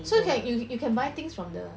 so you can you can buy things from the